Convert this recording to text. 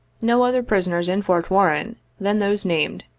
no other prisoners in fort warren than those named,